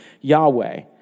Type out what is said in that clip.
Yahweh